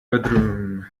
bedroom